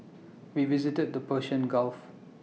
we visited the Persian gulf